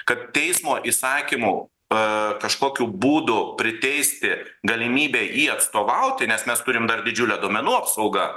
kad teismo įsakymu pa kažkokiu būdu priteisti galimybę jį atstovauti nes mes turim dar didžiulę duomenų apsauga